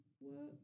work